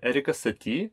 erikas sati